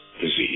disease